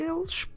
Eles